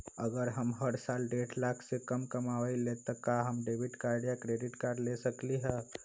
अगर हम हर साल डेढ़ लाख से कम कमावईले त का हम डेबिट कार्ड या क्रेडिट कार्ड ले सकली ह?